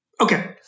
Okay